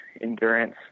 endurance